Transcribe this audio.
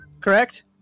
correct